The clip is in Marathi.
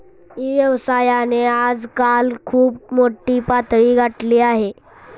ई व्यवसायाने आजकाल खूप मोठी पातळी गाठली आहे